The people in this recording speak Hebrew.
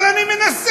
אבל אני מנסה,